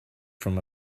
from